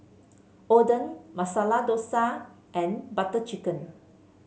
Oden Masala Dosa and Butter Chicken